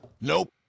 Nope